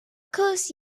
course